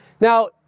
Now